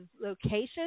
locations